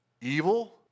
evil